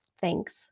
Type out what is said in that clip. Thanks